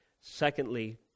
secondly